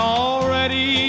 already